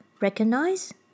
Recognize